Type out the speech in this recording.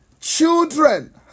children